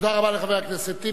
תודה רבה לחבר הכנסת טיבי.